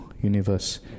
universe